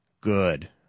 Good